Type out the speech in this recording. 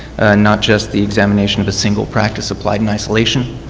not just the examination of single practice applied in isolation.